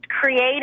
creative